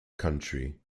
country